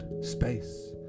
space